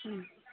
अँ